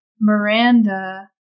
Miranda